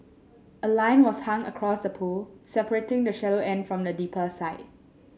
a line was hung across the pool separating the shallow end from the deeper side